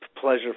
pleasure